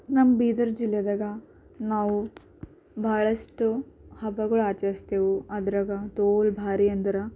ನಮ್ಮ ಬೀದರ್ ಜಿಲ್ಲೆಯಾಗ ನಾವು ಭಾಳಷ್ಟು ಹಬ್ಬಗಳು ಆಚರಿಸ್ತೇವೆ ಅದ್ರಾಗ ತೋಲ ಭಾರಿ ಅಂದರೆ